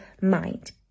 mind